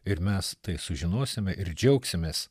ir mes tai sužinosime ir džiaugsimės